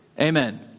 amen